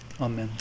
Amen